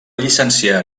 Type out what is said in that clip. llicenciar